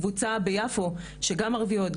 קבוצה ביפו שגם ערביות,